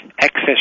excess